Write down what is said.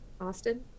Austin